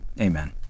Amen